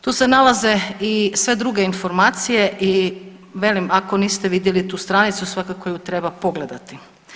Tu se nalaze i sve druge informacije i velim ako niste vidjeli tu stranicu svakako ju treba pogledati.